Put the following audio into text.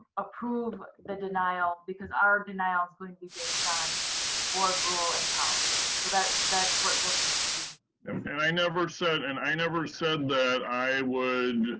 approve the denial, because our denial is going to be based on board rule and policy so, that that's what will need to be. andrew and i never said and i never said that i would,